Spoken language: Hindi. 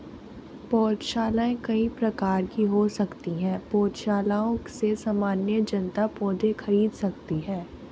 पौधशालाएँ कई प्रकार की हो सकती हैं पौधशालाओं से सामान्य जनता पौधे खरीद सकती है